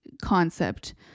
concept